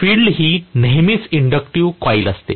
field हि नेहमी inductive coil असते